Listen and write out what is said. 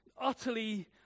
utterly